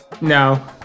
No